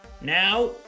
Now